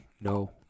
no